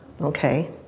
Okay